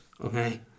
Okay